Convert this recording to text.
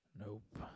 Nope